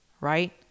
right